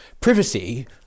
privacy